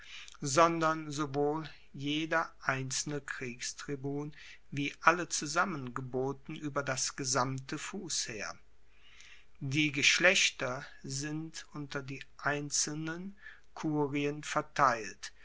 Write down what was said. sondern sowohl jeder einzelne kriegstribun wie alle zusammen geboten ueber das gesamte fussheer die geschlechter sind unter die einzelnen kurien verteilt